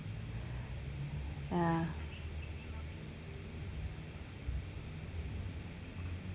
yeah